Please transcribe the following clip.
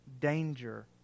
danger